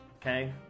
Okay